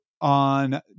on